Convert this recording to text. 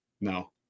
No